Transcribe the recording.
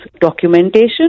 documentation